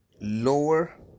lower